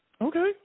Okay